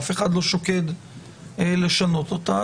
אף אחד לא שוקד לשנות אותה.